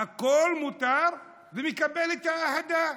הכול מותר, והוא מקבל את האהדה.